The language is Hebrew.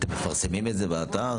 אתם מפרסמים את זה באתר?